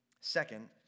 Second